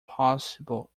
possible